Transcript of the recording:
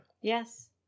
Yes